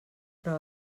però